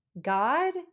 God